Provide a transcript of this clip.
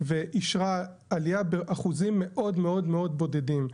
והיא אישרה עלייה האחוזים מאוד מאוד בודדים.